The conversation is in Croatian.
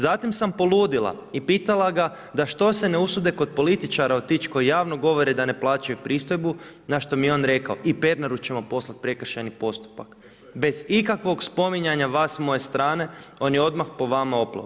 Zatim sam poludila i pitala ga da što se ne usude kod političara otići koji javno govore da ne plaćaju pristojbu na što mi je on rekao i Pernaru ćemo poslati prekršajni postupak bez ikakvog spominjanja vas, moje strane on je odmah po vama opleo.